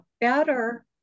better